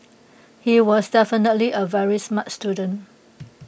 he was definitely A very smart student